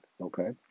Okay